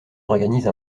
organise